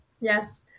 Yes